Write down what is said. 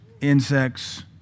insects